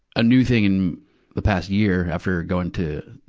a new thing in the past year, after going to,